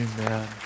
Amen